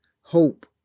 hope